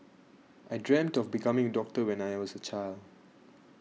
I dreamt of becoming a doctor when I was a child